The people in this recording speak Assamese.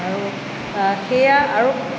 আৰু সেয়া আৰু